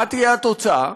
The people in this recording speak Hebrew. מה תהיה התוצאה?